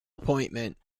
appointment